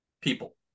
people